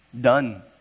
done